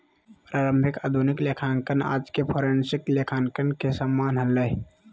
प्रारंभिक आधुनिक लेखांकन आज के फोरेंसिक लेखांकन के समान हलय